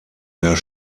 der